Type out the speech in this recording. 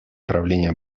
правления